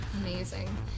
Amazing